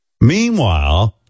Meanwhile